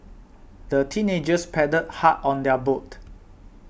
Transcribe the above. the teenagers paddled hard on their boat